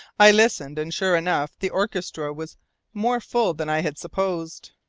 i listened, and, sure enough, the orchestra was more full than i had supposed.